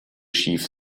chief